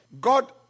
God